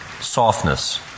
Softness